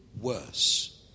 worse